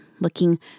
looking